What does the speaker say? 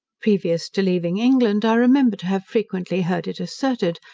previous to leaving england i remember to have frequently heard it asserted,